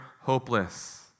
hopeless